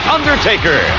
Undertaker